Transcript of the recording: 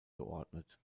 geordnet